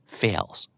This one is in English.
fails